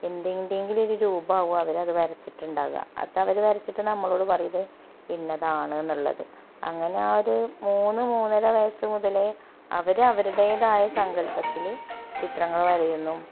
എന്തിൻ്റെങ്കിലും ഒരു രൂപമാകും അവരത് വരച്ചിട്ടുണ്ടാവുക അതവര് വരച്ചിട്ട് നമ്മളോട് പറയും ഇത് ഇനതാണ് എന്നുള്ളത് അങ്ങനെ ആ ഒര് മൂന്ന് മൂന്നര വയസ്സ് മുതലേ അവര് അവരുടേതായ സങ്കല്പത്തില് ചിത്രങ്ങള് വരയുന്നും